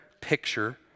picture